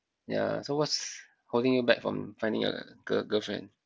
yeah so what's holding you back from finding a girl~ girlfriend